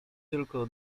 tylko